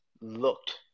looked